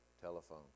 telephone